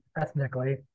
ethnically